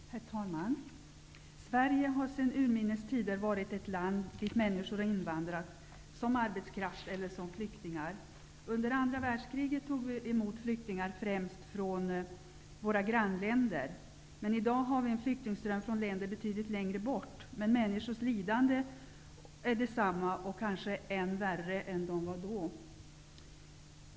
Herr talman! Sverige har sedan urminnes tider varit ett land dit människor invandrat, som ar betskraft eller som flyktingar. Under andra världskriget tog vi emot flyktingar, främst från våra grannländer. I dag har vi en flyktingström från länder betydligt längre bort, men människors lidanden är desamma eller kanske värre än tidi gare.